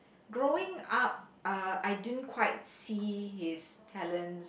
growing up uh I didn't quite see his talents